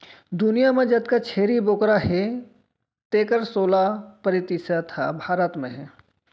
दुनियां म जतका छेरी बोकरा हें तेकर सोला परतिसत ह भारत म हे